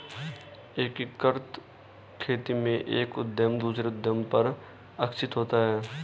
एकीकृत खेती में एक उद्धम दूसरे उद्धम पर आश्रित होता है